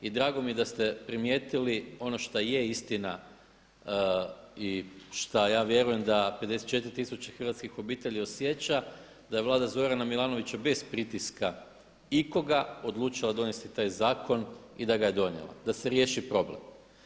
I drago mi je da ste primijetili ono što jest istina i što ja vjerujem da 54 tisuće hrvatskih obitelji osjeća da je Vlada Zorana Milanovića bez pritiska ikoga odlučila donijeti taj zakon i da ga je donijela da se riješi problem.